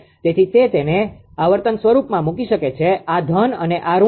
તેથી તે તેને આવર્તન સ્વરૂપમાં મૂકી શકે છે આ ધન અને આ ઋણ છે